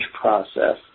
process